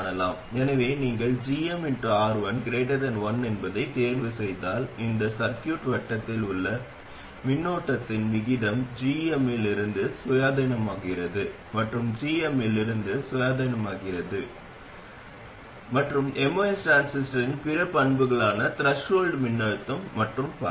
எனவே நீங்கள் gmR1 1 என்பதைத் தேர்வுசெய்தால் இந்த சர்கியூட்வட்டத்தில் உள்ள மின்னோட்ட மின்னோட்டத்தின் விகிதம் gm இல் இருந்து சுயாதீனமாகிறது மற்றும் gm இல் இருந்து சுயாதீனமாகிறது வெப்பநிலை மற்றும் MOS டிரான்சிஸ்டரின் பிற பண்புகளான த்ரெஷோல்ட் மின்னழுத்தம் மற்றும் பல